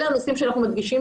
אלה הנושאים שאנחנו מדגישים,